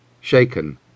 Shaken